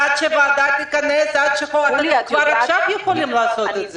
עד שוועדה תתכנס אתם כבר עכשיו יכולים לעשות את זה.